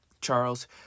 Charles